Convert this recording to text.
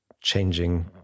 changing